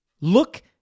Look